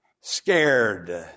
Scared